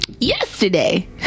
Yesterday